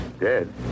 dead